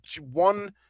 one